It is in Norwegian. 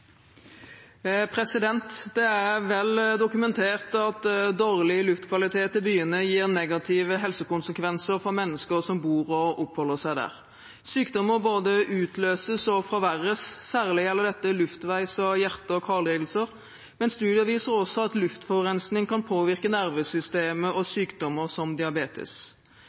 vel dokumentert at dårlig luftkvalitet i byene gir negative helsekonsekvenser for mennesker som bor og oppholder seg der. Sykdommer både utløses og forverres. Særlig gjelder dette luftveis- og hjerte- og karlidelser, men studier viser at luftforurensning også kan påvirke nervesystemet og sykdommer som diabetes.